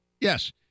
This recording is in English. yes